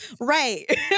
Right